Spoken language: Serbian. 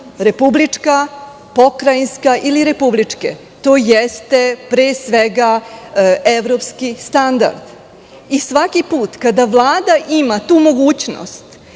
republička, pokrajinska ili republičke? To je pre svega evropski standard. Svaki put kada Vlada ima tu mogućnost